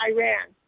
Iran